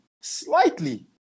slightly